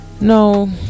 No